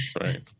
Right